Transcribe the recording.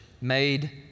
made